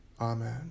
amen